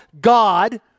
God